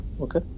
Okay